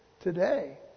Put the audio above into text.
today